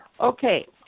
Okay